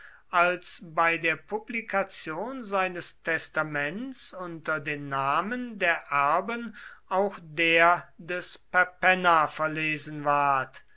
als bei der publikation seines testaments unter den namen der erben auch der des perpenna verlesen ward